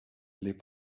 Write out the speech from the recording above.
les